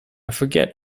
forget